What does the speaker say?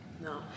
No